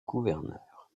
gouverneur